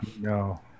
No